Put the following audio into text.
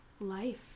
life